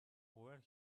wear